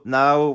now